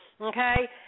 Okay